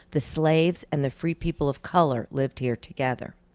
the slaves and the free people of color lived here together.